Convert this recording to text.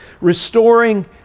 Restoring